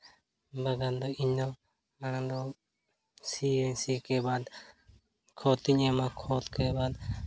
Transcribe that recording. ᱵᱟᱜᱟᱱ ᱫᱚ ᱤᱧᱫᱚ ᱢᱟᱲᱟᱝ ᱫᱚ ᱥᱤᱭᱟᱹᱧ ᱥᱤ ᱠᱮ ᱵᱟᱫ ᱠᱷᱚᱛ ᱤᱧ ᱮᱢᱟ ᱠᱷᱚᱛ ᱠᱮ ᱵᱟᱫ